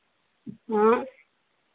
हाँ